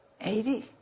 Eighty